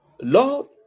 lord